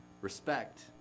respect